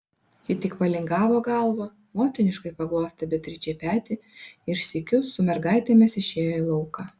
ji tik palingavo galvą motiniškai paglostė beatričei petį ir sykiu su mergaitėmis išėjo į lauką